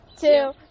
two